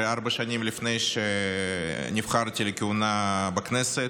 ארבע שנים לפני שנבחרתי לכהונה בכנסת,